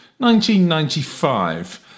1995